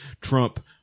Trump